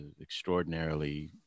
extraordinarily